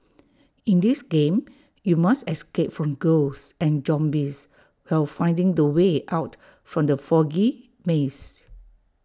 in this game you must escape from ghosts and zombies while finding the way out from the foggy maze